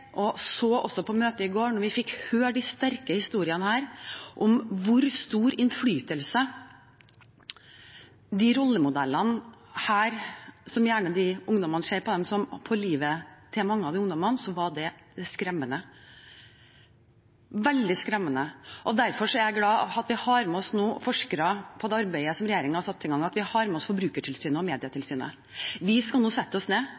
fikk høre sterke historier, er hvor stor innflytelse disse rollemodellene har på livet til mange av ungdommene. Det var skremmende, veldig skremmende. Derfor er jeg glad for at vi har med oss forskere på det arbeidet som regjeringen har satt i gang, og at vi har med oss Forbrukertilsynet og Medietilsynet. Vi skal sette oss ned